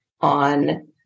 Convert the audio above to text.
on